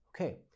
Okay